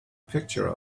picture